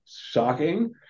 shocking